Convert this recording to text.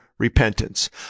repentance